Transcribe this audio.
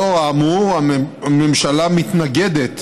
לאור האמור, הממשלה מתנגדת